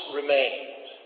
remained